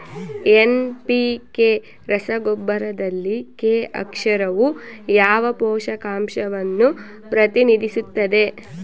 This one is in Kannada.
ಎನ್.ಪಿ.ಕೆ ರಸಗೊಬ್ಬರದಲ್ಲಿ ಕೆ ಅಕ್ಷರವು ಯಾವ ಪೋಷಕಾಂಶವನ್ನು ಪ್ರತಿನಿಧಿಸುತ್ತದೆ?